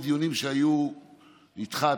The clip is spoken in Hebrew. בדיונים שהיו איתך,